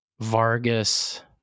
Vargas